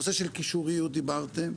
הנושא של קישוריות דיברתם,